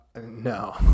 no